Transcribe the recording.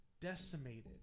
decimated